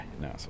No